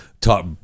talk